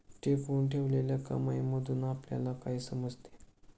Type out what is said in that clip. टिकवून ठेवलेल्या कमाईमधून आपल्याला काय समजते?